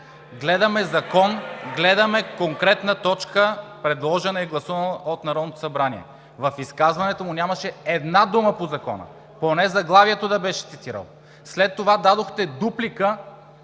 Гледаме закон, гледаме конкретна точка, предложена и гласувана от Народното събрание. В изказването му нямаше една дума по закона, поне заглавието да беше цитирал! След това дадохте реплика